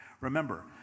Remember